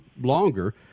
longer